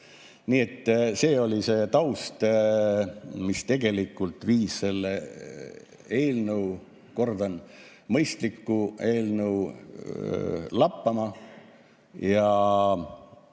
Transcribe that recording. Nii et see oli see taust, mis tegelikult viis selle eelnõu – kordan, mõistliku eelnõu – lappama ja